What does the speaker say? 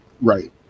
Right